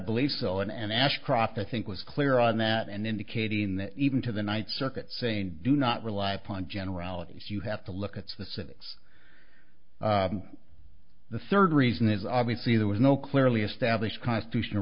believe so and ashcroft i think was clear on that and indicating that even to the night circuit saying do not rely upon generalities you have to look at specifics the third reason is obviously there was no clearly established constitutional